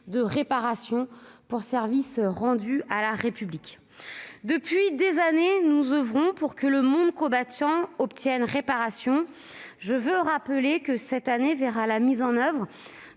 des réparations pour services rendus à la République. Depuis des années, nous oeuvrons pour que le monde combattant obtienne réparation ; je veux rappeler que cette année verra la mise en oeuvre